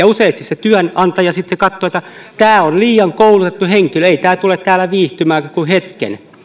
useasti se työnantaja sitten katsoo että tämä on liian koulutettu henkilö ei tämä tule täällä viihtymään kuin hetken